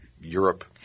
Europe